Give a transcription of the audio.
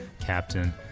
Captain